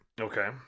Okay